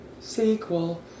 sequel